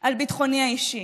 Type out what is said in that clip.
על ביטחוני האישי